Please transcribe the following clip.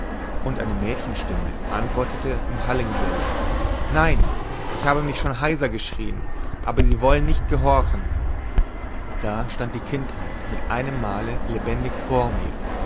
und eine mädchenstimme antwortete im hallingdialekt nein ich habe mich schon heiser geschrien aber sie wollen nicht gehorchen da stand die kindheit mit einem male lebendig vor mir